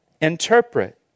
interpret